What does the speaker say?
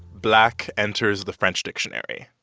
black enters the french dictionary.